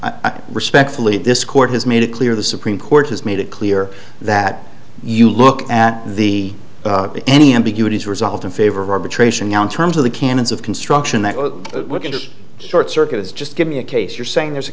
r respectfully this court has made it clear the supreme court has made it clear that you look at the any ambiguity is resolved in favor of arbitration now in terms of the canons of construction that short circuit is just give me a case you're saying there's a